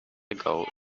ago